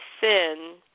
sin